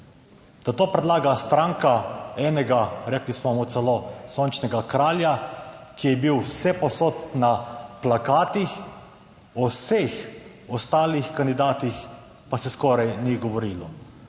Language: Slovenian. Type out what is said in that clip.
to predlaga stranka enega, rekli smo mu celo sončnega kralja, ki je bil vsepovsod na plakatih, o vseh ostalih kandidatih pa se skoraj ni govorilo,